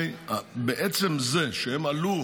בעצם זה שהם עלו